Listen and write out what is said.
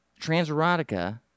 Transerotica